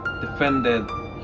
defended